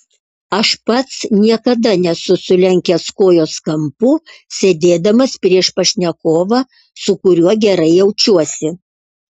aš pats niekada nesu sulenkęs kojos kampu sėdėdamas prieš pašnekovą su kuriuo gerai jaučiuosi